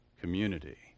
community